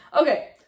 okay